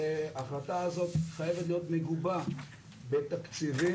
וההחלטה הזאת חייבת להיות מגובה בתקציבים.